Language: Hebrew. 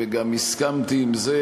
וגם הסכמתי עם זה